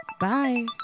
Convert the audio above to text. Bye